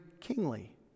kingly